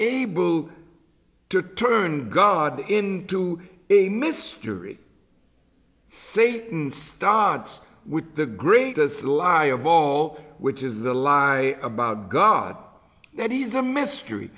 able to turn god in to a mystery say starts with the greatest ally of all which is the lie about god that is a mystery